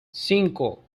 cinco